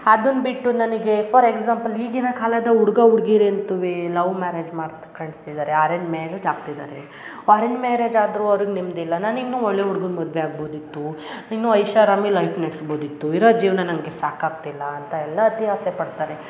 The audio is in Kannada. ಅದನ್ನು ಬಿಟ್ಟು ನನಗೆ ಫಾರ್ ಎಕ್ಸಾಂಪಲ್ ಈಗಿನ ಕಾಲದ ಹುಡ್ಗ ಹುಡ್ಗಿರ್ ಅಂತುವೇ ಲವ್ ಮ್ಯಾರೇಜ್ ಮಾಡ್ತ್ ಕೊಳ್ತಿದಾರೆ ಅರೆಂಜ್ ಮ್ಯಾರೇಜ್ ಆಗ್ತಿದ್ದಾರೆ ಅರೆಂಜ್ ಮ್ಯಾರೇಜ್ ಆದರೂ ಅವ್ರಿಗೆ ನೆಮ್ಮದಿ ಇಲ್ಲ ನಾನು ಇನ್ನೂ ಒಳ್ಳೆಯ ಹುಡ್ಗನ್ನ ಮದುವೆ ಆಗ್ಬೋದಿತ್ತು ಇನ್ನೂ ಐಷಾರಾಮಿ ಲೈಫ್ ನಡೆಸ್ಬೋದಿತ್ತು ಇರೋ ಜೀವನ ನನಗೆ ಸಾಕಾಗ್ತಿಲ್ಲ ಅಂತ ಎಲ್ಲ ಅತಿ ಆಸೆ ಪಡ್ತಾರೆ